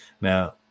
Now